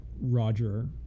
Roger